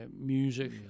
Music